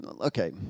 okay